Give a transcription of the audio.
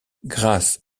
grace